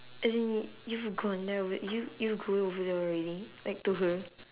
as in y~ you've gone there or what you you go over there already like to her